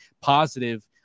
positive